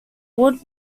wood